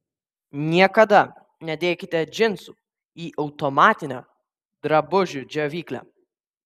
niekada nedėkite džinsų į automatinę drabužių džiovyklę